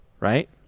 right